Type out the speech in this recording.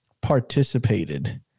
participated